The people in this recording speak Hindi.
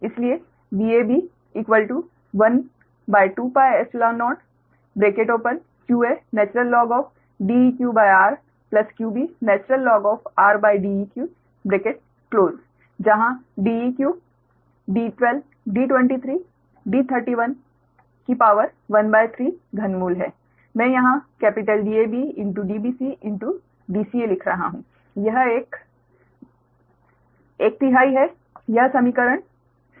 इसलिए Vab12πϵ0qaDeqr qbrDeq जहाँ Deq 13 घनमूल है मैं यहाँ कैपिटल Dab Dbc Dca लिख रहा हूँ यह एक तिहाई है यह समीकरण 17 है